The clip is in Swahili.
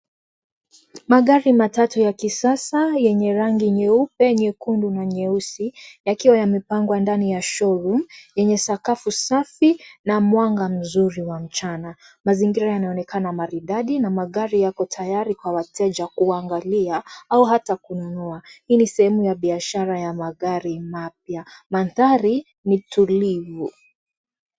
Magari matatu ya kisasa yenye rangi nyeupe, nyekundu na nyeusi yakiwa yamepangwa ndani ya showroom yenye sakafu safi na mwanga mzuri wa mchana. Mazingira yanaonekana maridadi na magari yako tayari kwa wateja kuangalia au ata kununua. Hii ni sehemu ya biashara ya magari mapya. Mandhari ni tulivu.